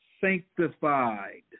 sanctified